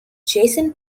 jason